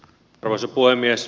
arvoisa puhemies